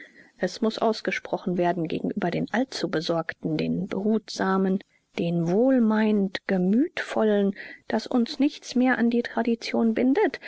es muß ausgesprochen werden gegenüber den allzu besorgten den behutsamen den wohlmeinend gemütvollen daß uns nichts mehr an die tradition bindet